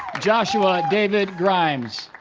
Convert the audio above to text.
joshua david grimes